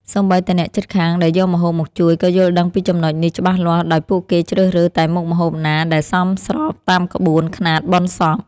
សូម្បីតែអ្នកជិតខាងដែលយកម្ហូបមកជួយក៏យល់ដឹងពីចំណុចនេះច្បាស់លាស់ដោយពួកគេជ្រើសរើសតែមុខម្ហូបណាដែលសមស្របតាមក្បួនខ្នាតបុណ្យសព។